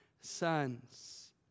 sons